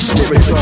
Spirit